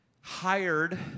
hired